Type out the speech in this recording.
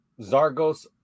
Zargos